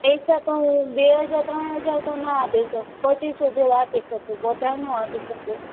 પૈસા તો હું બે હજાર ત્રણ હજાર તો ના આપી શકું પચીસસો જેવા આપી શકું વધારે નો આપી શકું